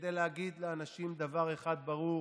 כדי להגיד לאנשים דבר אחד ברור: